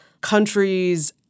countries